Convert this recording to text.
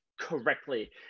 correctly